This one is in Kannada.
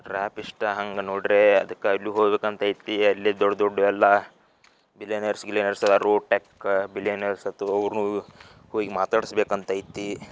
ರ್ಯಾಪ್ ಇಷ್ಟ ಹಂಗೆ ನೋಡ್ದ್ರೇ ಅದಕ್ಕೆ ಅಲ್ಲಿ ಹೋಗ್ಬೇಕಂತ ಐತಿ ಅಲ್ಲಿ ದೊಡ್ಡ ದೊಡ್ಡ ಎಲ್ಲ ಬಿಲ್ಯೆನೇರ್ಸ್ ಗಿಲ್ಯೆನೇರ್ಸ್ ಎಲ್ಲ ರೂಟೆಕ್ ಬಿಲ್ಯನೇರ್ಸ್ ಅದು ಅವ್ರನ್ನು ಹೋಗ್ ಮಾತಾಡಿಸ್ಬೇಕಂತ ಐತಿ